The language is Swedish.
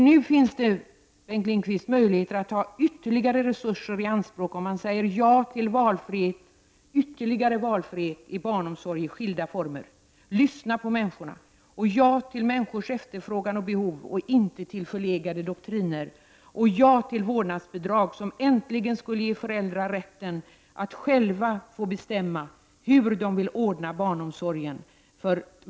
Nu finns det, Bengt Lindqvist, möjlighet att ta ytterligare resurser i anspråk genom att säga ja till ökad valfrihet inom barnomsorgen. Lyssna på människorna! Säg ja till människors efterfrågan och behov i stället för till förlegade doktriner! Säg ja till vårdnadsbidrag som äntligen skulle ge föräldrar rätten att själva få bestämma hur de vill ordna barnomsorgen!